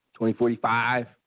2045